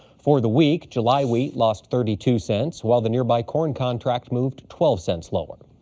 for the week, july wheat lost thirty two cents, while the nearby corn contract moved twelve cents lower.